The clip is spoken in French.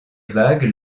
vagues